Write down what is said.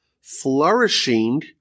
flourishing